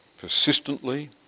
persistently